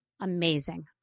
amazing